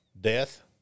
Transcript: death